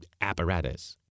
apparatus